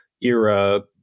era